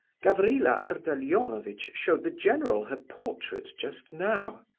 gavrila ardalionovitch showed the general her portrait just now.